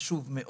נושא חשוב מאוד.